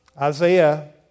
Isaiah